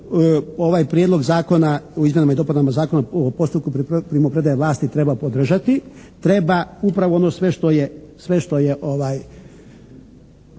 ovaj Prijedlog zakona o izmjenama i dopunama Zakona o postupku primopredaje vlasti treba podržati, treba upravo ono što sve što je